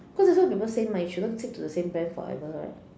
cause that's what people say mah you shouldn't stick to the same brand forever right